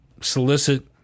solicit